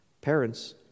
Parents